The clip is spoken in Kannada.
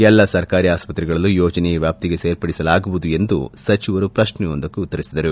ಎಲ್ಲ ಸರ್ಕಾರಿ ಆಸ್ಪತ್ರೆಗಳಲ್ಲೂ ಯೋಜನೆಯ ವ್ಲಾಪ್ತಿಗೆ ಸೇರ್ಪಡಿಸಲಾಗುವುದು ಎಂದು ಸಚಿವರು ಪ್ರಶ್ನೆಯೊಂದಕ್ಕೆ ಉತ್ತರಿಸಿದರು